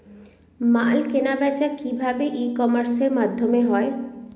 মাল কেনাবেচা কি ভাবে ই কমার্সের মাধ্যমে হয়?